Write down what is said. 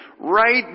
right